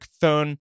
phone